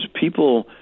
people